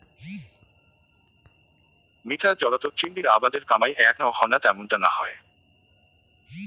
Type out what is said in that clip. মিঠা জলত চিংড়ির আবাদের কামাই এ্যাকনাও হয়না ত্যামুনটা না হয়